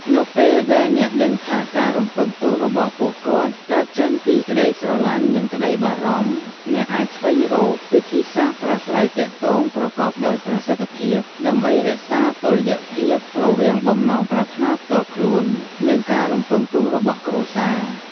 នៅពេលដែលអ្នកដឹងថាការរំពឹងទុករបស់ពួកគាត់កើតចេញពីក្តីស្រឡាញ់ និងក្តីបារម្ភ អ្នកអាចស្វែងរក វិធីសាស្ត្រប្រាស្រ័យទាក់ទងប្រកបដោយប្រសិទ្ធភាព ដើម្បីរក្សាតុល្យភាពរវាងបំណងប្រាថ្នាផ្ទាល់ខ្លួន និងការរំពឹងទុករបស់គ្រួសារ។